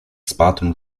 spartan